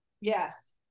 Yes